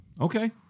Okay